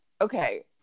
okay